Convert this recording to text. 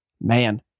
man